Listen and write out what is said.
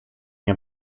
nie